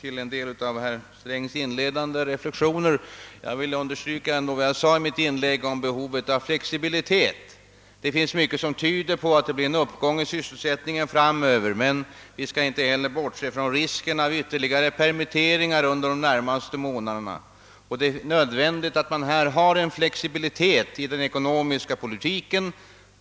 till en del av herr Strängs inledande reflexioner. Jag vill ändå understryka vad jag sade i mitt inlägg om behovet av flexibilitet. Mycket tyder på att det blir en uppgång i sysselsättningen framöver, men vi skall inte heller bortse från risken för ytterligare permitteringar under de närmaste månaderna. Det är nödvändigt att man har flexibilitet i den ekonomiska politiken.